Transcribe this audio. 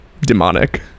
demonic